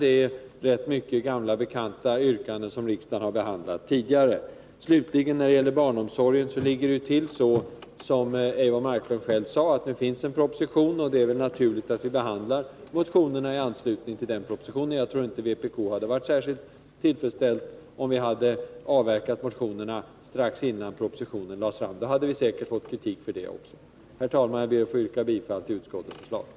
Det är rätt många gamla bekanta yrkanden som riksdagen har behandlat tidigare. När det slutligen gäller barnomsorgen ligger det till så, som Eivor Marklund själv sade, att det finns en proposition. Det är väl då naturligt att vi behandlar motionerna i anslutning till propositionen. Jag tror inte att vpk hade varit särskilt tillfredsställt om vi hade avverkat motionerna strax innan propositionen lades fram. Då hade vi säkert fått kritik för det också. Herr talman! Jag yrkar bifall till utskottets hemställan.